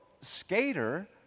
skater